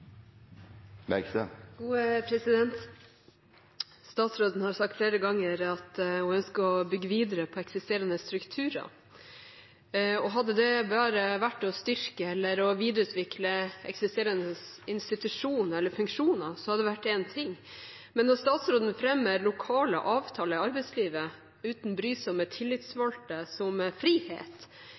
bare vært å styrke eller å videreutvikle eksisterende institusjoner eller funksjoner, hadde det vært én ting, men når statsråden fremmer lokale avtaler i arbeidslivet uten brysomme tillitsvalgte som frihet,